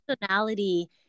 personality